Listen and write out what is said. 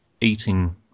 eating